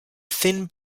thin